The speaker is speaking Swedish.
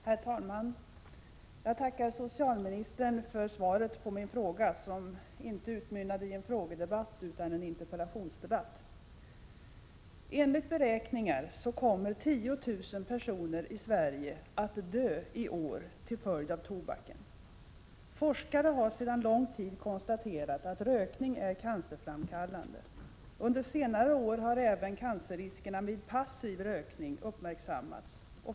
Herr talman! Jag tackar socialministern för svaret på min fråga, som inte utmynnade i en frågedebatt utan i en interpellationsdebatt. Enligt beräkningar kommer 10 000 personer i Sverige att dö i år till följd av tobaksrökning. Forskare konstaterade för länge sedan att rökning är cancerframkallande. Under senare tid har även cancerriskerna vid passiv rökning uppmärksammats.